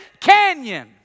Canyon